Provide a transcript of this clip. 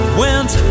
went